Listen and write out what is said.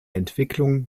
entwicklung